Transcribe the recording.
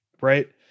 right